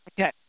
Okay